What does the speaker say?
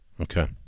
Okay